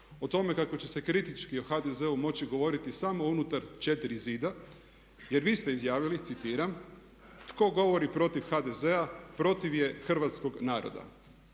O tome kako će se kritički o HDZ-u moći govoriti samo unutar 4 zida jer vi ste izjavili citiram: "Tko govori protiv HDZ-a protiv je hrvatskog naroda.".